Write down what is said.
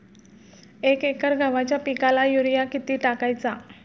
एक एकर गव्हाच्या पिकाला युरिया किती टाकायचा?